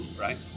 right